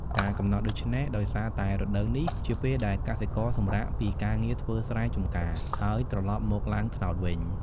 ការកំណត់ដូច្នេះ ដោយសារតែរដូវកាលនេះ ជាពេលដែលកសិករសម្រាកពីការងារធ្វើស្រែចម្ការ ហើយត្រឡប់មកឡើងត្នោតវិញ។